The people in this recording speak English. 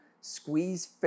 squeeze